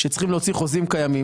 שצריכים להוציא חוזים קיימים.